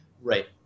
Right